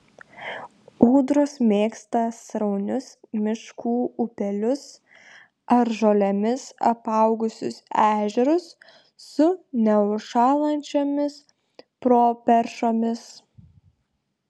ūdros mėgsta sraunius miškų upelius ar žolėmis apaugusius ežerus su neužšąlančiomis properšomis